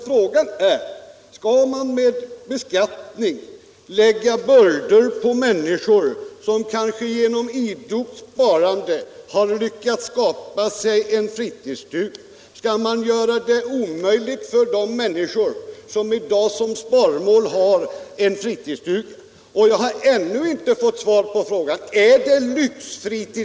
Frågan är: Skall man med beskattning lägga bördor på människor som kanske genom idogt sparande lyckats skaffa sig en fritidsstuga? Skall man göra det omöjligt för de människor som i dag som sparmål har en fritidsstuga att förverkliga detta sparmål?